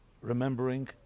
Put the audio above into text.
remembering